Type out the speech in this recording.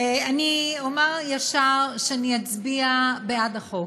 אני אומר ישר שאני אצביע בעד החוק,